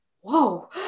whoa